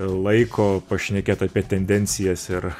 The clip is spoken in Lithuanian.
laiko pašnekėt apie tendencijas ir